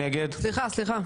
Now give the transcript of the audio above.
סליחה, סליחה.